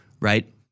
right